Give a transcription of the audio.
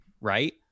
right